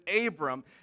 Abram